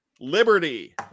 Liberty